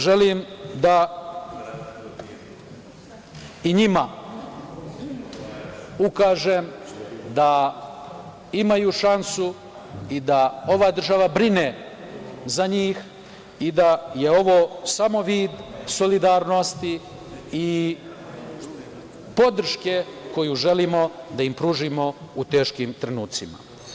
Želim da i njima ukažem da imaju šansu i da ova država brine za njih i da je ovo samo vid solidarnosti i podrške koju želimo da im pružimo u teškim trenucima.